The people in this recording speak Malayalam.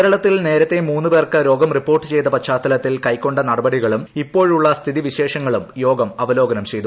കേരളത്തിൽ നേരത്തെ മൂന്നുപേർക്ക് രോഗം റിപ്പോർട്ടു ചെയ്ത പശ്ചാത്തലത്തിൽ കൈകൊണ്ട നടപടികളും ഇപ്പോഴുള്ള സ്ഥിതിവിശേഷങ്ങളും യോഗം അവലോകനം ചെയ്തു